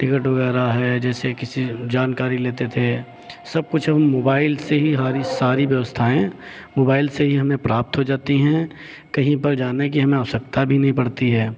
ticket वगैरह है जैसे किसी जानकारी लेते थे सब कुछ मोबाइल से ही हमारी सारी व्यवस्थाएं मोबाइल से ही हमें प्राप्त हो जाती हैं कहीं पर जाने की हमें आवश्यकता भी नहीं पड़ती हैं